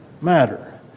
matter